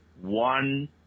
one